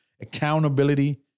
accountability